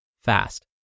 fast